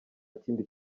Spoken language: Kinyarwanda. kindi